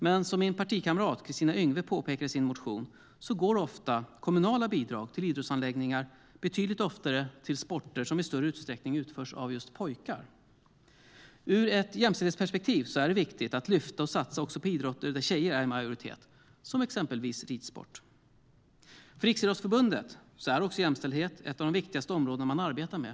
Men som min partikamrat Kristina Yngwe påpekar i sin motion går kommunala bidrag till idrottsanläggningar betydligt oftare till sporter som i större utsträckning utövas av pojkar. Ur ett jämställdhetsperspektiv är det viktigt att lyfta och satsa också på idrotter där tjejer är i majoritet, som ridsport. För Riksidrottsförbundet är också jämställdhet ett av de viktigaste områdena man arbetar med.